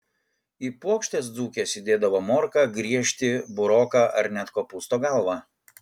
į puokštes dzūkės įdėdavo morką griežtį buroką ar net kopūsto galvą